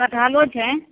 कटहलो छै